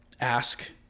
ask